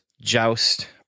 Joust